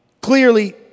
Clearly